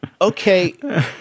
okay